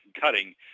cutting